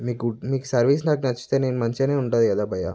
మీ good మీ service నాకు నచ్చితే నేను మంచిగానే ఉంటుంది కదా భయ్యా